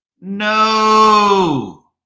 no